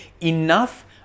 enough